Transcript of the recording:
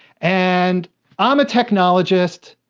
and um a technologist,